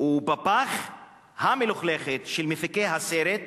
או בפח המלוכלך של מפיקי הסרט,